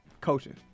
coaching